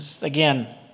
Again